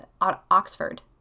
Oxford